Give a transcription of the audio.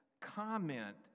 comment